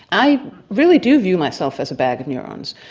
i really do view myself as a bag of neurons.